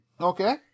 Okay